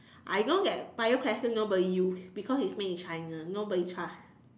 I don't get bioessence nobody use because it's made in China nobody trust